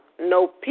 no